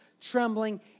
trembling